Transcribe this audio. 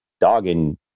dogging